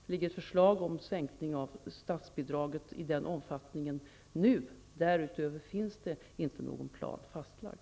Det finns ett förslag om sänkning av statsbidraget i den omfattningen nu. Därutöver finns ingen plan fastlagd.